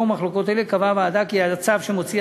לנוכח מחלוקות אלה קבעה הוועדה כי הצו שמוציא